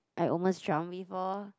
I almost drown before